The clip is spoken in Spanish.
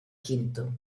quinto